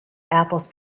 apples